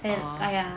oh